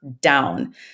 down